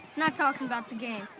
not talking about the game.